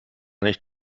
nicht